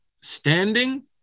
standing